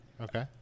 okay